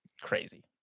Crazy